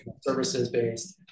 services-based